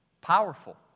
Powerful